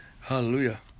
Hallelujah